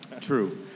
True